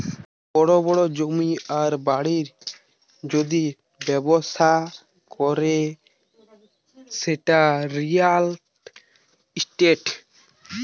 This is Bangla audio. বড় বড় জমির আর বাড়ির যদি ব্যবসা করে সেটা রিয়্যাল ইস্টেট